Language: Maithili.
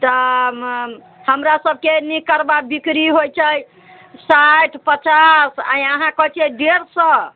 तऽ हमरा सभकेँ बिक्री होइत छै साठि पचास आओर अहाँ कहैत छियै डेढ़ सए